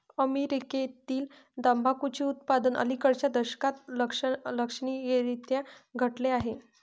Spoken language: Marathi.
अमेरीकेतील तंबाखूचे उत्पादन अलिकडच्या दशकात लक्षणीयरीत्या घटले आहे